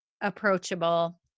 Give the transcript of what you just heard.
approachable